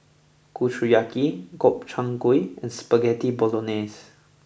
Kushiyaki Gobchang Gui and Spaghetti Bolognese